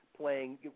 playing